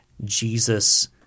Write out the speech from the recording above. Jesus